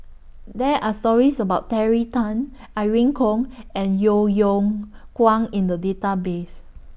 There Are stories about Terry Tan Irene Khong and Yeo Yeow Kwang in The Database